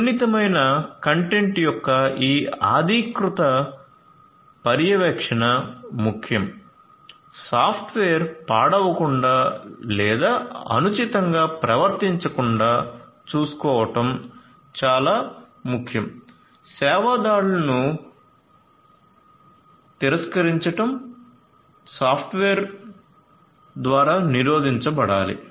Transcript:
సున్నితమైన కంటెంట్ యొక్క ఈ అధీకృత పర్యవేక్షణ ముఖ్యం సాఫ్ట్వేర్ పాడవకుండా లేదా అనుచితంగా ప్రవర్తించకుండా చూసుకోవడం చాలా ముఖ్యం సేవా దాడులను తిరస్కరించడం సాఫ్ట్వేర్ ద్వారా నిరోధించబడాలి